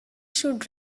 should